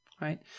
right